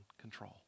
control